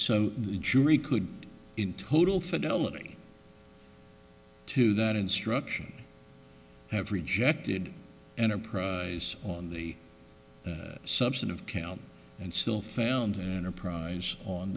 so the jury could in total fidelity to that instruction have rejected enterprise on the substantive count and still found in a prize on